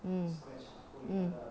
hmm hmm